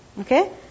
Okay